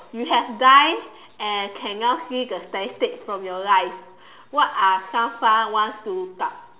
you have died and can now see the statistic for your life what are some fun ones to look up